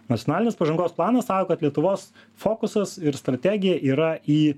nacionalinės pažangos planas sako kad lietuvos fokusas ir strategija yra į